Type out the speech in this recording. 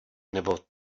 nebo